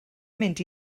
mynd